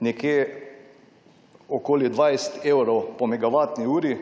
nekje okoli 20 evrov po megavatni uri